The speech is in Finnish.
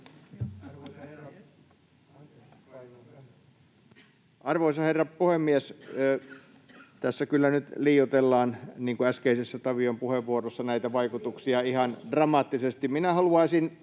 Arvoisa herra puhemies! Tässä kyllä nyt liioitellaan, niin kuin äskeisessä Tavion puheenvuorossa, näitä vaikutuksia [Mauri Peltokangas: